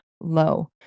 low